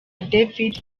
david